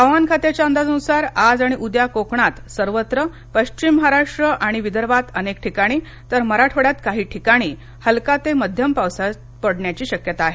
हवामान खात्याच्या अंदाजानुसार आज आणि उद्या कोकणात सर्वत्र पश्विम महाराष्ट्र आणि विदर्भात अनेक ठिकाणी तर मराठवाड़यात काही ठिकाणी हलक्या ते मध्यम पावसाची शक्यता आहे